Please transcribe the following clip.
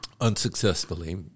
unsuccessfully